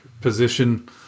position